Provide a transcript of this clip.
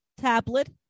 Tablet